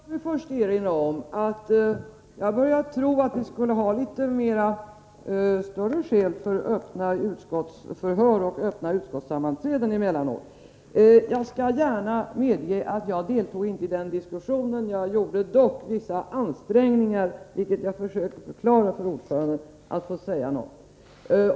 Fru talman! Först vill jag säga att jag börjar tro att vi skulle ha litet större skäl för öppna utskottsförhör och öppna utskottssammanträden emellanåt. Jag skall gärna medge att jag inte deltog i den diskussion som det här talas om. Dock gjorde jag vissa ansträngningar — vilket jag försökte förklara för ordföranden — att få säga något.